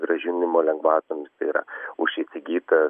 grąžinimo lengvatomis ir už įsigytą